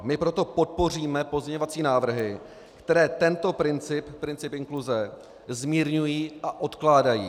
My proto podpoříme pozměňovací návrhy, které tento princip, princip inkluze zmírňují a odkládají.